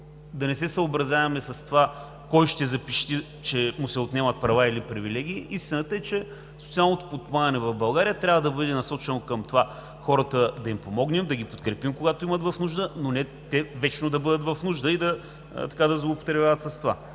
да не се съобразява с това кой ще запищи, че му се отнемат права или привилегии. Истината е, че социалното подпомагане в България трябва да бъде насочено към това да помогнем на хората, да ги подкрепим, когато са в нужда, но не те вечно да бъдат в нужда и да злоупотребяват с това.